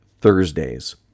Thursdays